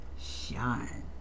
shine